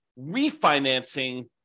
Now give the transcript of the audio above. refinancing